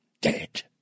dead